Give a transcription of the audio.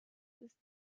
ist